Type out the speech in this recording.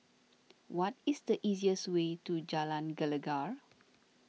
what is the easiest way to Jalan Gelegar